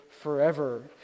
forever